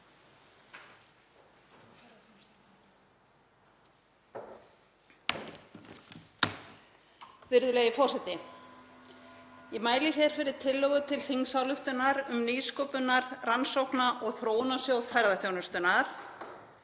Virðulegi forseti. Ég mæli hér fyrir tillögu til þingsályktunar um nýsköpunar-, rannsókna- og þróunarsjóð ferðaþjónustunnar,